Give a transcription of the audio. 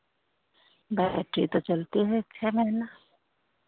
battery तो चलती है छह महीना